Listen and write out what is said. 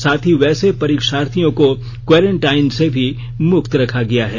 साथ ही वैसे परीक्षार्थियों को क्वारेंटाइन से भी मुक्त रखा गया है